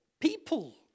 People